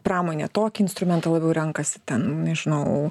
pramonė tokį instrumentą labiau renkasi ten nežinau